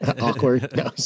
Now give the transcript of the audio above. Awkward